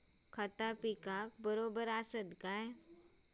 खता पिकाक बराबर आसत काय?